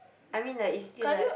I mean like it's still like